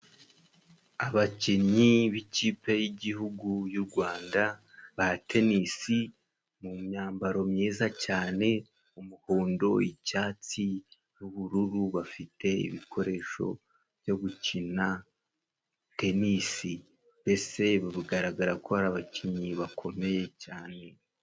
Abakinnyi b'ikipe y'igihugu y'urwanda ba tenisi, mu myambaro myiza cyane umuhondo, icyatsi n'ubururu bafite ibikoresho byo gukina tenisi, mbese bigaragara ko ari abakinnyi bakomeye cyane.